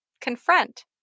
confront